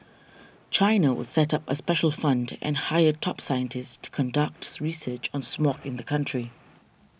China will set up a special fund and hire top scientists to conduct research on smog in the country